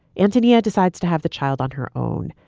anthony yeah decides to have the child on her own.